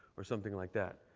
or something like that.